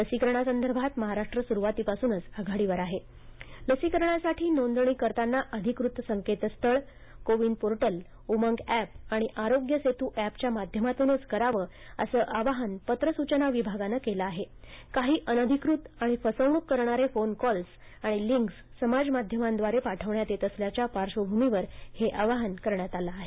लसीकरणासंदर्भात महाराष्ट्र सुरूवातीपासूनच आघाडीवर आहे अधिकृत संकेतस्थळ लसीकरणासाठी नोंदणी करताना अधिकृत संकेतस्थळ कोविन पोर्टल उमंग एप आणि आरोग्य सेतू एप च्या माध्यमातूनच करावं असं आवाहन पत्र सूचना विभागानं केलं आहे काही अनधिकृत आणि फसवणूक करणारे फोन कॉल्स आणि लिंक्स समाजमाध्यमाद्वारे पाठवण्यात येत असल्याच्या पार्श्वभूमीवर हे आवाहन करण्यात येत आहे